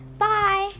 Bye